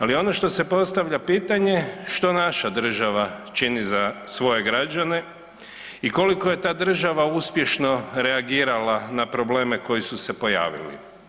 Ali ono što se postavlja pitanje, što naša država čini za svoje građane i koliko je ta država uspješno reagirala na probleme koji su se pojavili?